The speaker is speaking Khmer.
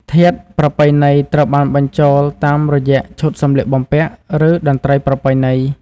ធាតុប្រពៃណីត្រូវបានបញ្ចូលតាមរយៈ ឈុតសម្លៀកបំពាក់ ឬ តន្ត្រីប្រពៃណី ។